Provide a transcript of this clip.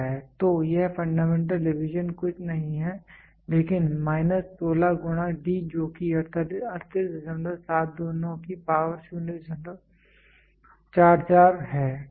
तो यह fundamental deviation कुछ नहीं है लेकिन माइनस 16 गुना D जोकि 38729 की पावर 044 है ठीक है